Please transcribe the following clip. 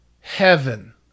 heaven